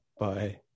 Bye